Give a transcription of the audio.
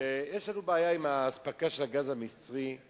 שיש לנו בעיה עם אספקת הגז המצרי.